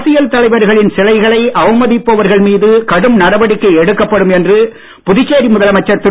அரசியல் தலைவர்களின் சிலைகளை அவமதிப்பவர்கள் மீது கடும் நடவடிக்கை எடுக்கப்படும் என்று புதுச்சேரி முதலமைச்சர் திரு